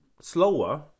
Slower